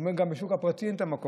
הוא אומר שגם בשוק הפרטי אין מקום.